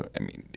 i mean,